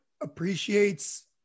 appreciates